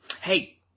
Hey